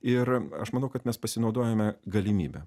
ir aš manau kad mes pasinaudojome galimybe